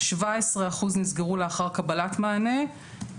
17% נסגרו לאחר קבלת מענה,